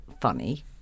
funny